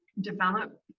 develop